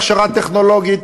בהכשרה טכנולוגית,